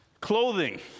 Clothing